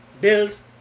bills